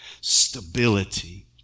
Stability